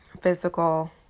physical